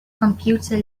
computer